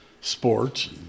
sports